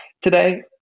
today